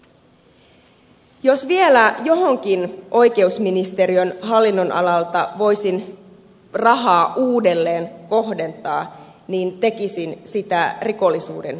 jos vielä johonkin oikeusministeriön hallinnonalalta voisin rahaa uudelleen kohdentaa niin kohdentaisin sitä rikollisuuden torjuntaan